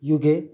युगे